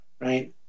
right